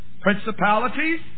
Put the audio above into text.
Principalities